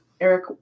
Eric